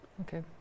Okay